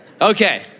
Okay